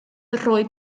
roi